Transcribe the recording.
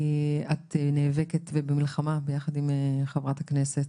את נאבקת ואת במלחמה ביחד עם חברת הכנסת,